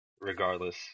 regardless